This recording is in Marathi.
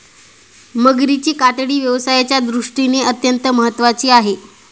मगरीची कातडी व्यवसायाच्या दृष्टीने अत्यंत महत्त्वाची आहे